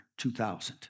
2000